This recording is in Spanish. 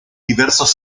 diversos